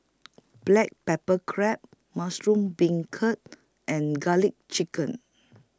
Black Pepper Crab Mushroom Beancurd and Garlic Chicken